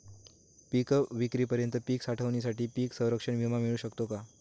पिकविक्रीपर्यंत पीक साठवणीसाठी पीक संरक्षण विमा मिळू शकतो का?